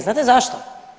Znate zašto?